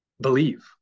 believe